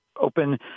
open